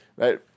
right